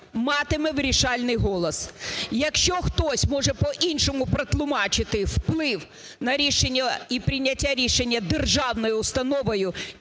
матиме вирішальний голос. Якщо хтось може по-іншому протлумачити вплив на рішення і прийняття рішення державною установою